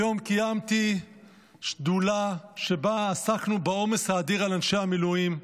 היום קיימתי שדולה שבה עסקנו בעומס האדיר על אנשי המילואים,